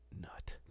Nut